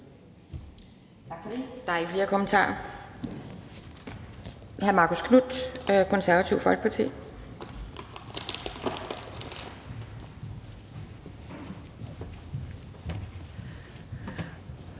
Tak for det.